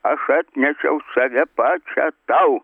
aš atnešiau save pačią tau